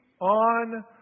on